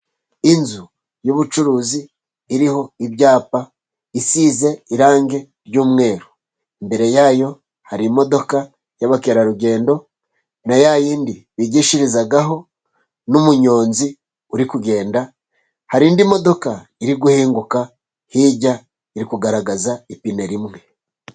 Inzu y'ubucuruzi iriho ibyapa isize irangi ry'umweru, imbere yayo hari imodoka y'abakerarugendo na yayindi bigishirizaho, n'umunyonzi uri kugenda . Hari indi modoka iri guhinguka hirya, iri kugaragaza ipine rimwe.